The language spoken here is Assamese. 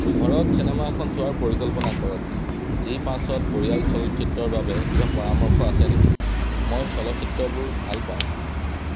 ঘৰত চিনেমা এখন চোৱাৰ পৰিকল্পনা কৰক জি পাঁচত পৰিয়াল চলচ্চিত্ৰৰ বাবে কিবা পৰামৰ্শ আছে নেকি মই চলচ্চিত্ৰবোৰ ভাল পাওঁ